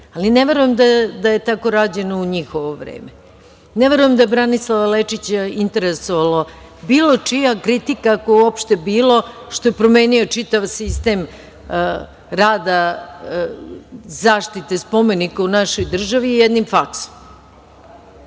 uradi. Ne verujem da je tako rađeno u njihovo vreme, ne verujem da je Branislava Lečića interesovalo bilo čija kritika, ako je uopšte bila, što je promenio čitav sistem rada zaštite spomenika u našoj državi, jednim faksom. Ja